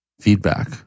feedback